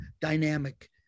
dynamic